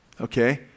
okay